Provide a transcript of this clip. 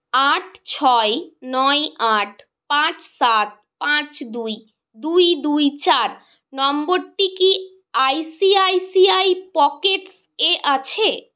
আট ছয় নয় আট পাঁচ সাত পাঁচ দুই দুই দুই চার নম্বরটি কি I C I C I পকেটসে আছে